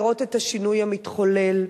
לראות את השינוי המתחולל.